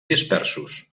dispersos